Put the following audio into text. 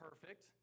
perfect